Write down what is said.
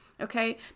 Okay